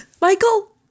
michael